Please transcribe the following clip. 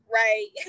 right